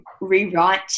rewrite